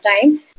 time